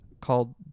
called